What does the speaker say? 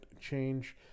change